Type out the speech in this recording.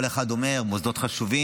כל אחד אומר: מוסדות חשובים,